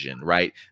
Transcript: right